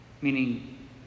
meaning